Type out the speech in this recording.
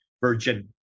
Virgin